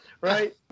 right